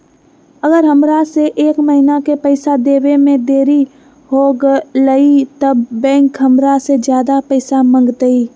अगर हमरा से एक महीना के पैसा देवे में देरी होगलइ तब बैंक हमरा से ज्यादा पैसा मंगतइ?